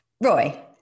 Roy